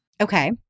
Okay